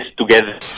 together